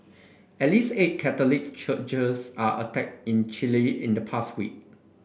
at least eight Catholic churches are attacked in Chile in the past week